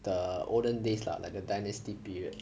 the olden days lah like the dynasty period